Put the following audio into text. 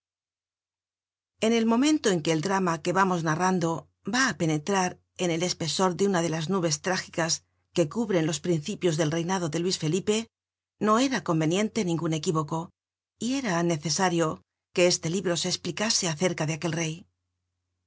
en el momento en que el drama que vamos narrando va á penetrar en el espesor de una de las nubes trágicas que cubren los principios del reinado de luis felipe no era conveniente ningun equívoco y era necesario que este libro se esplicase acerca de aquel rey